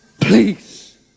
please